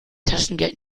taschengeld